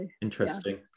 Interesting